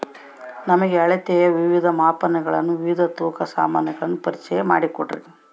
ನಮಗೆ ಅಳತೆಯ ವಿವಿಧ ಮಾಪನಗಳನ್ನು ವಿವಿಧ ತೂಕದ ಸಾಮಾನುಗಳನ್ನು ಪರಿಚಯ ಮಾಡಿಕೊಡ್ರಿ?